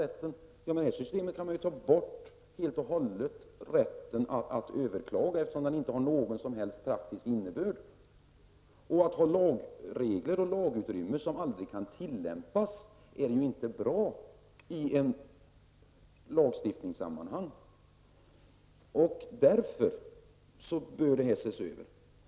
Med det systemet kan man helt och hållet ta bort rätten att överklaga, eftersom den inte har någon som helst praktisk innebörd. Att ha lagregler och lagutrymmen som aldrig kan tillämpas är inte bra i lagstiftningssammanhang. Därför bör frågan ses över.